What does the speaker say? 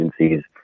agencies